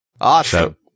Awesome